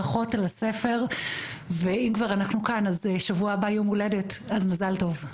ברכות על הספר ואם כבר אנחנו כאן אז שבוע הבא יום הולדת אז מזל טוב.